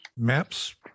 Maps